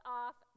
off